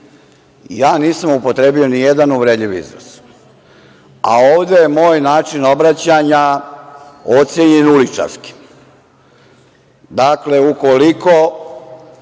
Ja nisam upotrebio ni jedan uvredljiv izraz. A ovde je moj način obraćanja ocenjen uličarskim. Dakle, ukoliko